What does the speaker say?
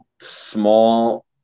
small